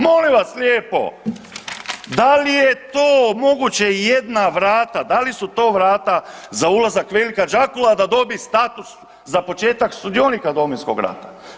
Molim vas lijepo, da li je to moguće, jedna vrata, da li su to vrata za ulazak Veljka Džakula da dobi status za početak sudionika Domovinskog rata?